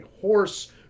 horse